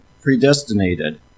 predestinated